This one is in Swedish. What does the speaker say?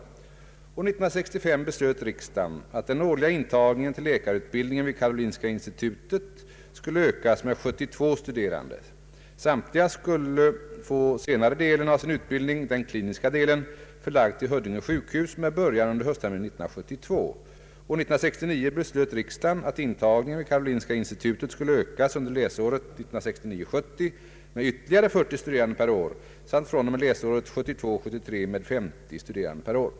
År 1965 beslöt riksdagen att den årliga intagningen till läkarutbildningen vid Karolinska institutet skulle ökas med 72 studerande. Samtliga skulle få senare delen av sin utbildning — den kliniska delen — förlagd till Huddinge sjukhus med början under höstterminen 1972. år 1969 beslöt riksdagen att intagningen vid Karolinska institutet skulle ökas under läsåret 1969 73 med 50 studerande per år.